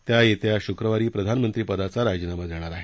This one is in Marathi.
त्या येत्या शुक्रवारी प्रधानमंत्री पदाचा राजीनामा देणार आहेत